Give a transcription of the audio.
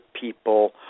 people